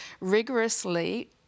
rigorously